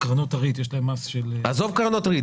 קרנות הריט יש להן מס של --- עזוב קרנות ריט.